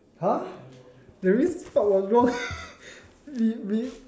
!huh! that means this part was wrong we we